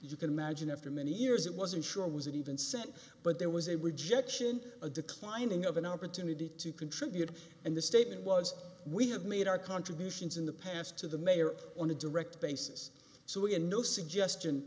you can imagine after many years it wasn't sure was it even sent but there was a rejection a declining of an opportunity to contribute and the statement was we have made our contributions in the past to the mayor on a direct basis so we had no